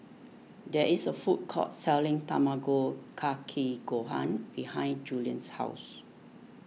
there is a food court selling Tamago Kake Gohan behind Julian's house